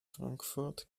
frankfurt